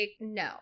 no